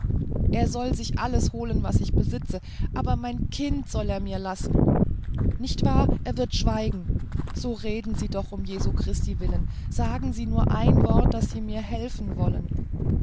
er soll sich alles holen was ich besitze aber mein kind soll er mir lassen nicht wahr er wird schweigen so reden sie doch um jesu christi willen sagen sie nur ein wort daß sie mir helfen wollen